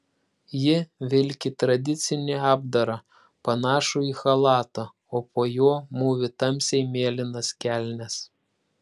ji vilki tradicinį apdarą panašų į chalatą o po juo mūvi tamsiai mėlynas kelnes